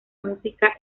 música